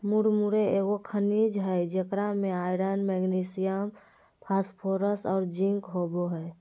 मुरमुरे एगो खनिज हइ जेकरा में आयरन, मैग्नीशियम, फास्फोरस और जिंक होबो हइ